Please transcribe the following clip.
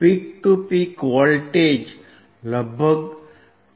peak to peak voltage લગભગ 4